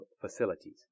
facilities